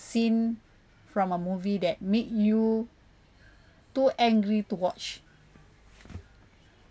scene from a movie that made you too angry to watch